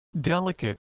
delicate